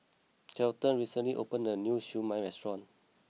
Kelton recently opened a new Siew Mai Restaurant